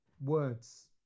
words